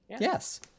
Yes